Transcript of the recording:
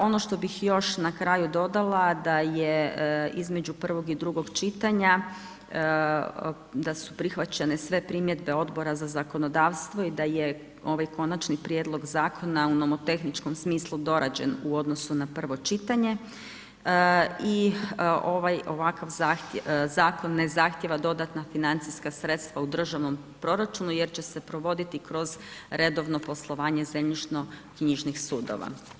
Ono što bih još na kraju dodala, da je između prvog i drugog čitanja, da su prihvaćene sve primjedbe Odbora za zakonodavstvo i da je ovaj konačni prijedlog zakona u onom tehničkom smislu dorađen u odnosu na prvo čitanje i ovaj, ovakav zakon ne zahtijeva dodatna financijska sredstava u državnom proračunu jer će se provoditi kroz redovno poslovanje zemljišnoknjižnih sudova.